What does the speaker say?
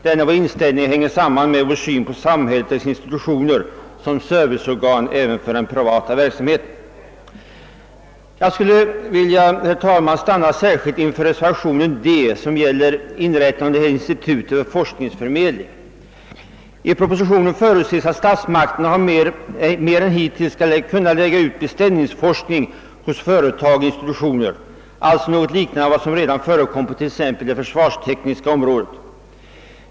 Denna vår inställning hänger samman med att vi betraktar samhället och dess institutioner som serviceorgan även för privat verksamhet. Jag skulle, herr talman, vilja uppehålla mig särskilt vid reservationen D, som gäller inrättande av ett institut för forskningsförmedling. I propositionen förutses att statsmakterna mer än hitintills skall kunna lägga ut beställningsforskning hos företag och institutioner, alltså något liknande det som redan nu förekommer på t.ex. det försvarstekniska området.